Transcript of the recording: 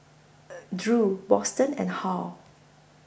Drew Boston and Hal